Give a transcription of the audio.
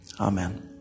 Amen